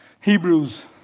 Hebrews